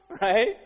right